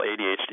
ADHD